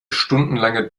stundenlange